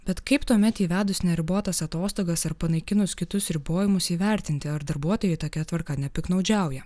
bet kaip tuomet įvedus neribotas atostogas ar panaikinus kitus ribojimus įvertinti ar darbuotojai tokia tvarka nepiktnaudžiauja